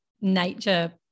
nature